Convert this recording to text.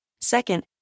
Second